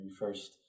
first